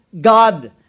God